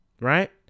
right